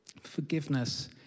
forgiveness